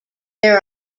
there